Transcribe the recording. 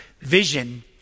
vision